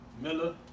Miller